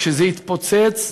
כשזה יתפוצץ,